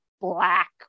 black